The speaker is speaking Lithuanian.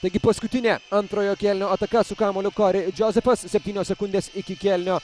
taigi paskutinė antrojo kėlinio ataka su kamuoliu kori džozefas septynios sekundės iki kėlinio